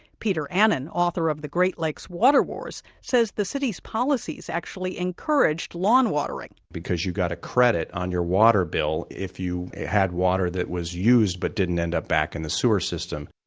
peter annin, author of the great lakes water wars, says the city's policies actually encouraged lawn watering. because you got a credit on your water bill if you had water that was used but didn't end up back in the sewer system,